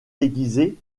déguisé